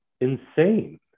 insane